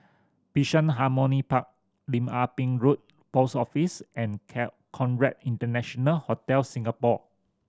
Bishan Harmony Park Lim Ah Pin Road Post Office and Conrad International Hotel Singapore